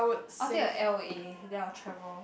I'll think of L_O_A then I'll travel